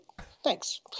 Thanks